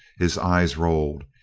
his eyes rolled.